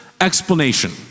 explanation